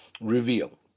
reveal